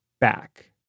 back